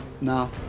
No